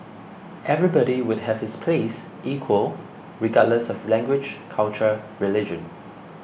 everybody would have his place equal regardless of language culture religion